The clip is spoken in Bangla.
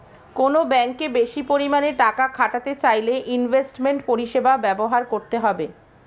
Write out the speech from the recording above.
কোনো ব্যাঙ্কে বেশি পরিমাণে টাকা খাটাতে চাইলে ইনভেস্টমেন্ট পরিষেবা ব্যবহার করতে হবে